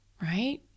right